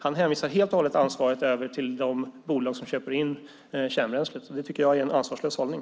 Han hänvisar i stället ansvaret helt och hållet till de bolag som köper in kärnbränslet, och det tycker jag är en ansvarslös hållning.